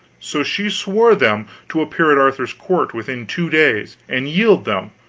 so she swore them to appear at arthur's court within two days and yield them,